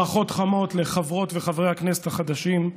ברכות חמות לחברות וחברי הכנסת החדשים,